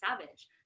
savage